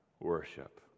worship